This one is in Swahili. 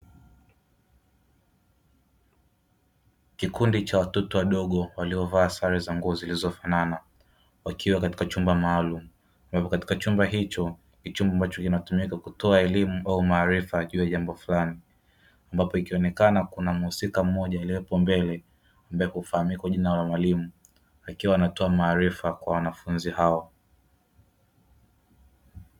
Kikundi cha watoto wadogo waliovaa sare za nguo zilizofanana wakiwa katika chumba maalum, chumba hiko ni chumba kinachotumika kutoa mafunzo maalumu na maarifa katika jambo fulani, ambapo ikionekana kuna muhusika mmoja apo mbele ajulikanae kama mwalimu anatoa maarifa kwa wanafunzi hao.